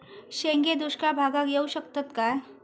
शेंगे दुष्काळ भागाक येऊ शकतत काय?